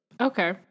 Okay